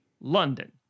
London